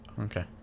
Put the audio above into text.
Okay